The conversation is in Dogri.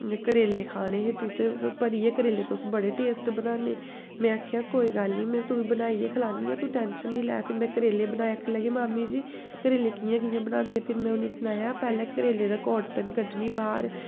करेले खाने हे तुसें भरियै करेले तुस बड़े टेस्ट बनान्नें में आखेआ कोई गल्ल निं में तुई बनाइयै खलान्नी आं तू टैंशन निं लै फिर में करेले बनाए आखन लगे मामी जी करेले कि'यां कि'यां बनांदे फिर में उ'नेंगी सनाया पैह्लें करेले दी कौड़तन कड्ढनी बाह्र